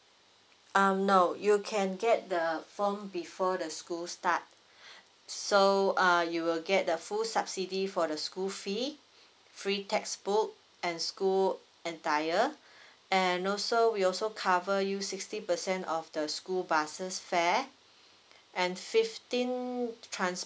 um no you can get the form before the school start so uh you will get the full subsidy for the school fee free textbook and school atttire and also we also cover you sixty percent of the school buses fare and fifteen transport